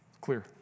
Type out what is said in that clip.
Clear